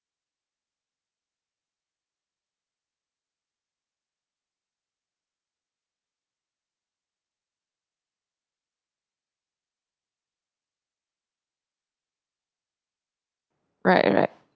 right right